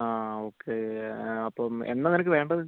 ആ ഓക്കെ അപ്പം എന്നാണ് നിനക്ക് വേണ്ടത്